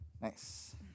Nice